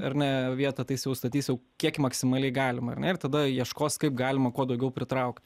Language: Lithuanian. ar ne vietą tai is jau statys iau kiek maksimaliai galima ar ne ir tada ieškos kaip galima kuo daugiau pritraukt